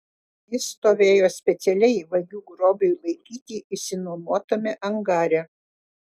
jis stovėjo specialiai vagių grobiui laikyti išsinuomotame angare